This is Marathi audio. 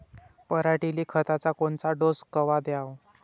पऱ्हाटीले खताचा कोनचा डोस कवा द्याव?